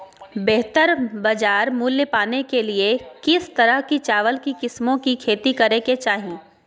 बेहतर बाजार मूल्य पाने के लिए किस तरह की चावल की किस्मों की खेती करे के चाहि?